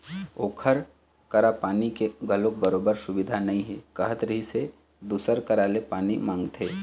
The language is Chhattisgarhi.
ओखर करा पानी के घलोक बरोबर सुबिधा नइ हे कहत रिहिस हे दूसर करा ले पानी मांगथे